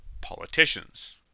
politicians